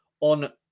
on